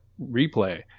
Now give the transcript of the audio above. replay